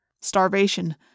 starvation